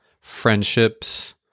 Friendships